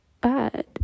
bad